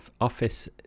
office